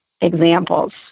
examples